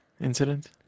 incident